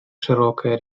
широкая